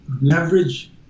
leverage